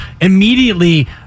immediately